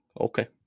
Okay